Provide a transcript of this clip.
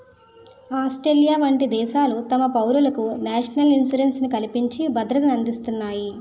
Australia వంట దేశాలు తమ పౌరులకు నేషనల్ ఇన్సూరెన్స్ ని కల్పించి భద్రతనందిస్తాయి